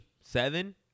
seven